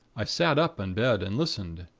i sat up in bed, and listened,